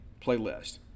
playlist